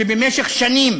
שבמשך שנים